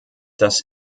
dass